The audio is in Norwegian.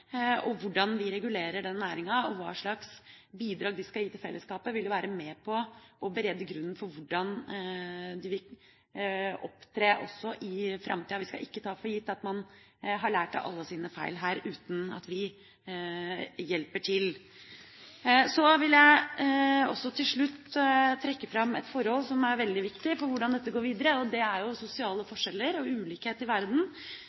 og nye kriser. Hvordan vi regulerer denne næringa, og hva slags bidrag de skal gi til fellesskapet, vil være med på å berede grunnen for hvordan de vil opptre også i framtida. Vi skal ikke ta for gitt at man har lært av alle sine feil, uten at vi hjelper til. Så vil jeg også til slutt trekke fram et forhold som er veldig viktig for hvordan dette går videre, nemlig sosiale forskjeller og ulikhet i verden. Da vil jeg si det veldig direkte: I